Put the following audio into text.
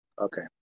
okay